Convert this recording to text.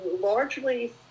largely